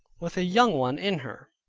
with a young one in her,